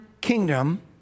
kingdom